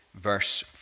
verse